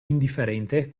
indifferente